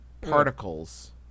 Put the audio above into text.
particles